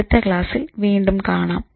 അടുത്ത ക്ലാസ്സിൽ വീണ്ടും കാണാം